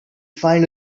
find